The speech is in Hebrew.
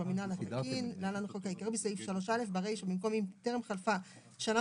במנהל התקין) להלן החוק: בסעיף 3/א': ברישה במקום "..טרם חלפה שנה